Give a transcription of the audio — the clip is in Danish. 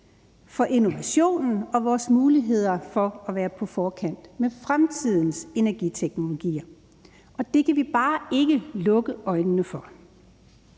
for innovationen og vores muligheder for at være på forkant med fremtidens energiteknologier, og det kan vi bare ikke lukke øjnene for.